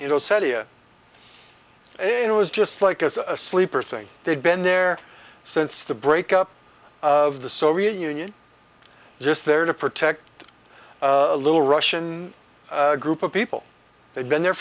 seven it was just like as a sleeper thing they'd been there since the breakup of the soviet union just there to protect a little russian group of people they've been there